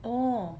oh